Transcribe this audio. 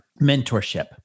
mentorship